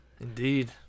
Indeed